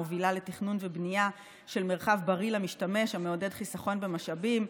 המובילה לתכנון ובנייה של מרחב בריא למשתמש המעודד חיסכון במשאבים,